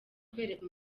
kwereka